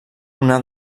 una